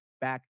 back